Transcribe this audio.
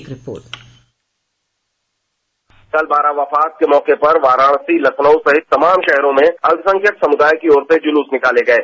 एक रिपोर्ट कल बारावफात के मौके पर वाराणसी लखनऊ सहित तमाम शहरों में अल्पसंख्यक समुदाय की ओर से जुलूस निकाले गये